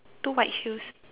two white shoes